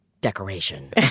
decoration